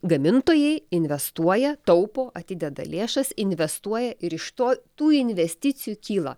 gamintojai investuoja taupo atideda lėšas investuoja ir iš to tų investicijų kyla